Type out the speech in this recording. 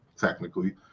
technically